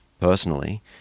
personally